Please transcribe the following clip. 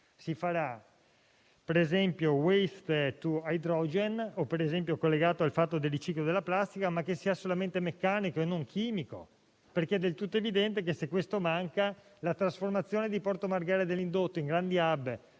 si farà per esempio *waste to hydrogen*, collegato al riciclo della plastica, ma solamente meccanico e non chimico, perché è del tutto evidente che, se questo manca, la trasformazione di Porto Marghera e dell'indotto in grandi *hub*